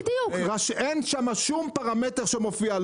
אין שם שום פרמטר שמופיע,